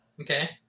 Okay